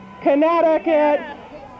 Connecticut